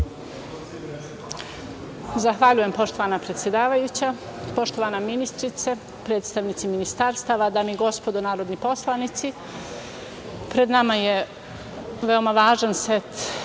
Zahvaljujem poštovana predsedavajuća, poštovana ministarka, predstavnici ministarstava, dame i gospodo narodni poslanici, pred nama je veoma važan set